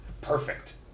Perfect